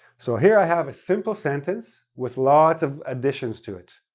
so here i have a simple sentence with lots of additions to it.